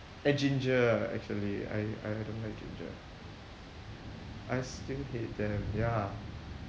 and ginger actually I I I don't like ginger I still hate them ya